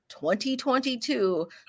2022